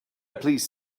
please